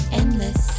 endless